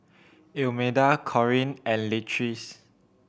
Imelda Corrine and Leatrice